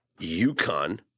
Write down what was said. UConn